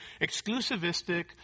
exclusivistic